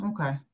okay